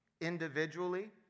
individually